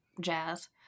jazz